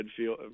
midfield